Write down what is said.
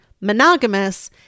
monogamous